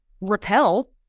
repel